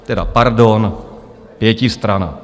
Teda pardon, pětistrana.